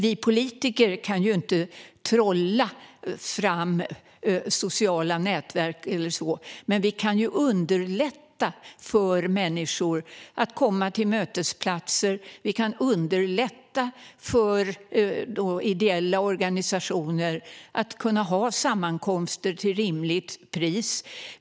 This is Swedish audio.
Vi politiker kan ju inte trolla fram sociala nätverk, men vi kan underlätta för människor att komma till mötesplatser. Vi kan underlätta för ideella organisationer att ha sammankomster till ett rimligt pris.